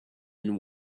and